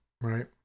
Right